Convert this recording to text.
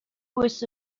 was